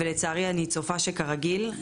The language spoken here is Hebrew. ולצערי אני צופה שכרגיל,